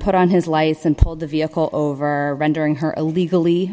put on his lights and pulled the vehicle over rendering her illegally